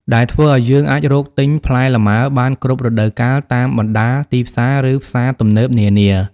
ដែលធ្វើឱ្យយើងអាចរកទិញផ្លែលម៉ើបានគ្រប់រដូវកាលតាមបណ្តាទីផ្សារ ឬផ្សារទំនើបនានា។